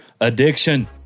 addiction